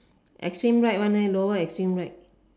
extreme right one leh lower extreme right